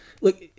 look